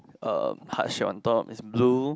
uh heart shape on top is blue